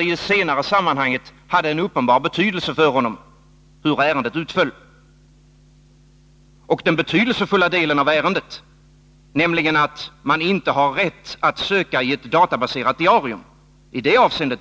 I det senare sammanhanget hade det en uppenbar betydelse för honom hur ärendet utföll. I den betydelsefulla delen av ärendet, nämligen att man inte har rätt att söka i ett databaserat diarium,